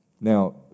Now